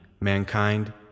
mankind